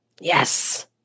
Yes